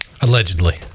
Allegedly